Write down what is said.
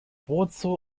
wozu